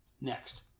Next